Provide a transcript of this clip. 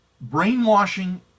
Brainwashing